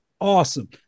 awesome